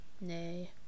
nay